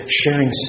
sharing